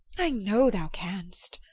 i know thou canst,